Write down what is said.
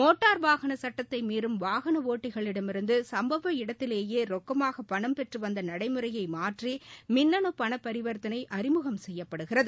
motor வாகன சட்டத்தை மீறும் வாகன ஓட்டிகளிடமிருந்து சம்பவ இடத்திலேயே ரொக்கமாக பணம் பெற்று வந்த நடைமுறையை மாற்றி மின்னணு பரிவர்த்தனை அறிமுகம் செய்யப்படுகிறது